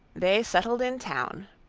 they settled in town,